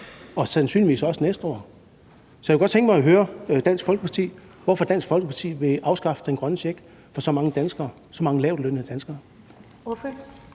og sandsynligvis også næste år. Så jeg kunne godt tænke mig at høre Dansk Folkeparti, hvorfor Dansk Folkeparti vil afskaffe den grønne check for så mange danskere